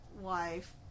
Wife